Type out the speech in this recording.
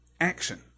action